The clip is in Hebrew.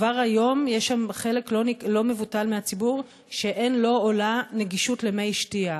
כבר היום יש שם חלק לא מבוטל מהציבור שאין לו או לה גישה למי שתייה.